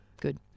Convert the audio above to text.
good